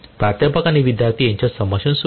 प्राध्यापक आणि विद्यार्थी यांच्यात संभाषण सुरू होते